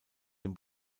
dem